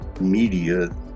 media